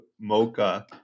mocha